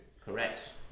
Correct